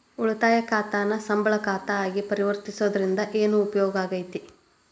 ಉಳಿತಾಯ ಖಾತಾನ ಸಂಬಳ ಖಾತಾ ಆಗಿ ಪರಿವರ್ತಿಸೊದ್ರಿಂದಾ ಏನ ಉಪಯೋಗಾಕ್ಕೇತಿ?